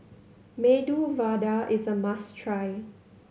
Medu Vada is a must try